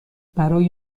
برای